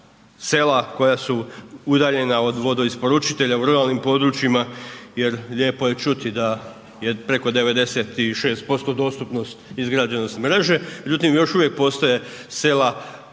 sela koja su udaljena od vodoisporučitelja u ruralnim područjima, jer lijepo je čuti da je preko 96% dostupnost, izgrađenost mreže, međutim još uvijek postoje sela